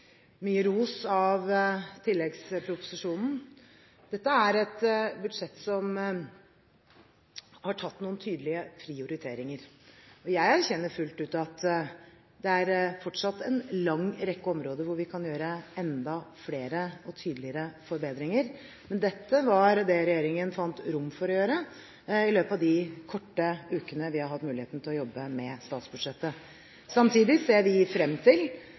mye ros av tilleggsproposisjonen. Dette er et budsjett hvor vi har gjort noen tydelige prioriteringer. Jeg erkjenner fullt ut at det fortsatt er en lang rekke områder hvor vi kan gjøre enda flere og tydeligere forbedringer, men dette var det regjeringen fant rom for å gjøre i løpet av de korte ukene vi har hatt muligheten til å jobbe med statsbudsjettet. Samtidig ser vi frem til